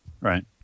Right